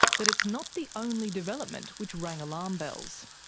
but it's not the only development which rang alarm bells.